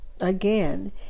again